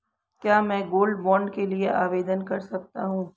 क्या मैं gold bond के लिए आवेदन कर सकता हूं?